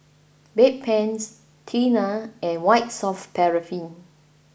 Bedpans Tena and White soft paraffin